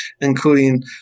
including